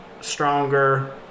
stronger